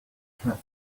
hat